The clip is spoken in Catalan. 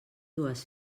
dues